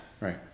Right